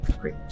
Great